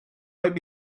might